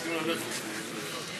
מוסיפים פה עוד חוקים?